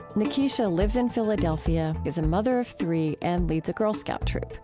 ny'kisha lives in philadelphia, is a mother of three and leads a girl scout troop.